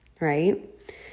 right